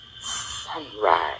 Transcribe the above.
sunrise